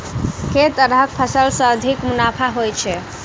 केँ तरहक फसल सऽ अधिक मुनाफा होइ छै?